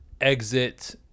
Exit